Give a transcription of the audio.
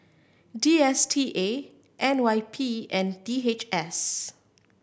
D S T A N Y P and D H S